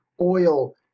oil